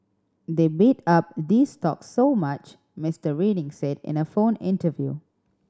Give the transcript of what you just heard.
they bid up these stocks so much Mister Reading said in a phone interview